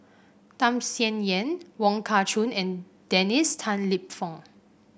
Tham Sien Yen Wong Kah Chun and Dennis Tan Lip Fong